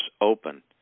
open